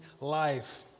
life